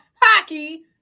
hockey